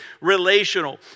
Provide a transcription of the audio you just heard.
relational